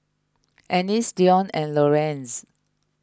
Ennis Deon and Lorenz